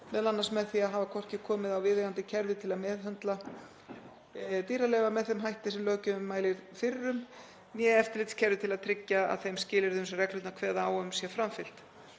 m.a. með því að hafa hvorki komið á viðeigandi kerfi til að meðhöndla dýraleyfi með þeim hætti sem löggjafinn mælir fyrir um né eftirlitskerfi til að tryggja að þeim skilyrðum sem reglurnar kveða á um sé framfylgt.